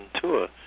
tour